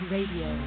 Radio